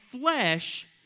flesh